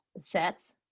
sets